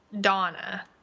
donna